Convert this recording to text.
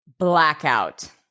blackout